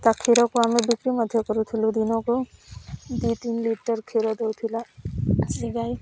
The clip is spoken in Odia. ତା କ୍ଷୀରକୁ ଆମେ ବିକ୍ରି ମଧ୍ୟ କରୁଥିଲୁ ଦିନକୁ ଦୁଇ ତିନି ଲିଟର କ୍ଷୀର ଦଉଥିଲା ସେ ଗାଈ